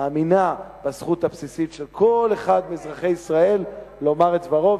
מאמינה בזכות הבסיסית של כל אחד מאזרחי ישראל לומר את דברו,